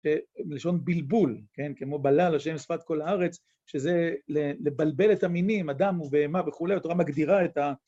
‫לשון בלבול, כמו בלה, ‫לשם, שפת, קול, ארץ, ‫שזה לבלבל את המינים, ‫אדם בהמה וכולי, ‫היא בכלל מגדירה את ה...